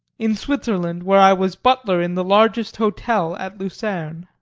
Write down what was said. in switzerland where i was butler in the largest hotel at lucerne.